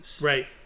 Right